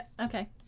okay